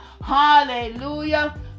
Hallelujah